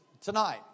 tonight